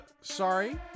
sorry